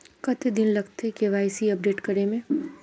कते दिन लगते के.वाई.सी अपडेट करे में?